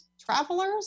travelers